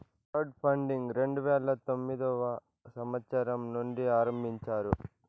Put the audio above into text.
crowd funding రెండు వేల తొమ్మిదవ సంవచ్చరం నుండి ఆరంభించారు